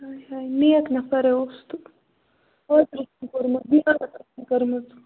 ہےَ ہےَ نیک نَفَر ہَے اوس اوترٕ اوسُن کوٚرمُت زِیارت کٔرمٕژ